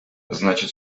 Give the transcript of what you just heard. значит